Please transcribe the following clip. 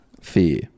Fear